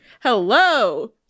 hello